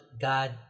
God